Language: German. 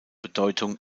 bedeutung